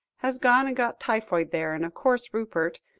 has gone and got typhoid there, and of course rupert,